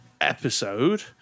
episode